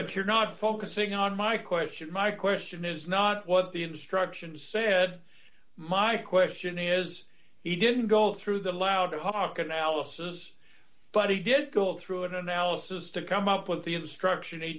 what you're not focusing on my question my question is not what the instructions said my question is he didn't go through the loud hawk analysis but he did go through an analysis to come up with the instruction they